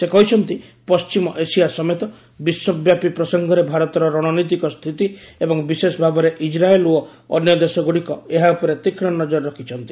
ସେ କହି ଛନ୍ତି ପଶ୍ଚିମ ଏସିଆ ସମେତ ବିଶ୍ୱବ୍ୟାପୀ ପ୍ରସଙ୍ଗରେ ଭାରତର ରଣନୀତିକ ସ୍ଥିତି ଏବଂ ବିଶେଷ ଭାବରେ ଇସ୍ରାଏଲ୍ ଓ ଅନ୍ୟ ଦେଶଗୁଡିକ ଏହା ଉପରେ ତୀକ୍ଷ୍ନ ନଜର ରଖିଛନ୍ତି